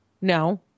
No